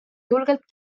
julgelt